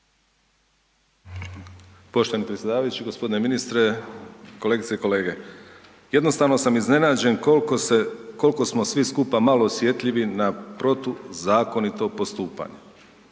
Poštovani predsjedavajući, g. ministre, kolegice i kolege. Jednostavno sam iznađen kolko se, kolko smo svi skupa malo osjetljivi na protuzakonito postupanje.